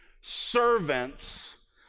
servants